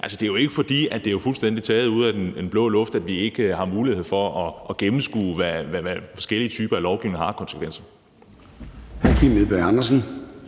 Det er jo ikke sådan, at det fuldstændig er taget ud af den blå luft, og at vi ikke har mulighed for at gennemskue, hvad forskellige typer af lovgivning har af konsekvenser.